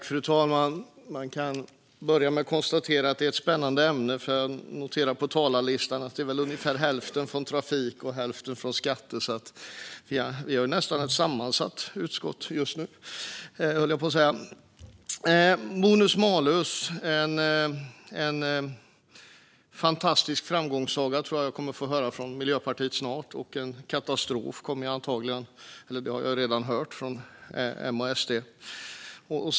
Fru talman! Man kan börja med att konstatera att det är ett spännande ämne. Jag noterar på talarlistan att ungefär hälften är från trafikutskottet och hälften från skatteutskottet. Vi har nästan ett sammansatt utskott just nu, höll jag på att säga. Jag tror att jag snart kommer att få höra från Miljöpartiet att bonus malus är en fantastisk framgångssaga. Jag har redan hört från M och SD att det är en katastrof.